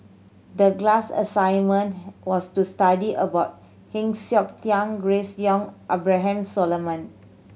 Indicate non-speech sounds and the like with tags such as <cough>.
the class assignment <unintelligible> was to study about Heng Siok Tian Grace Young Abraham Solomon